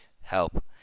help